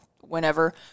whenever